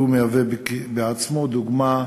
והוא מהווה בעצמו דוגמה